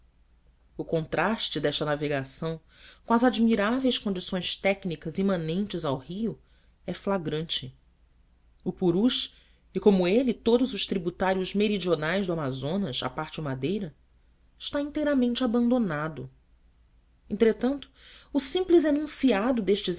o contraste desta navegação com as admiráveis condições técnicas imanentes ao rio é flagrante o purus e como ele todos os tributários meridionais do amazonas à parte o madeira está inteiramente abandonado entretanto o simples enunciado destes